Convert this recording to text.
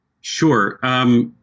Sure